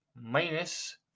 minus